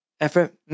Effort